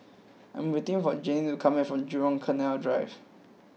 I am waiting for Janine to come back from Jurong Canal Drive